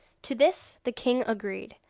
to this the king agreed,